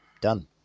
Done